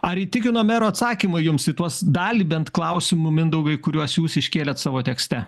ar įtikino mero atsakymai jums į tuos dalį bent klausimų mindaugai kuriuos jūs iškėlėte savo tekste